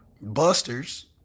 busters